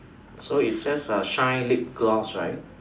so is says err shine lip gloss right